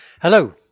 Hello